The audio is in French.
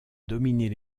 dominer